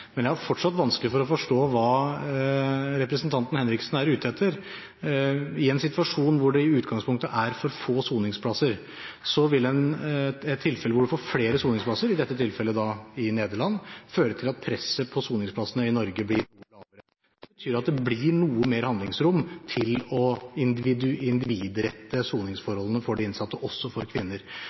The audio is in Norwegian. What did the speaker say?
Men jeg har fortsatt vanskelig for å forstå hva representanten Henriksen er ute etter. I en situasjon hvor det i utgangspunktet er for få soningsplasser, vil en situasjon hvor en får flere soningsplasser – i dette tilfellet i Nederland – føre til at presset på soningsplassene i Norge blir lavere. Det betyr at det blir noe mer handlingsrom til å individrette soningsforholdene for de innsatte, også for kvinner.